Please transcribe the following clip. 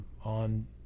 on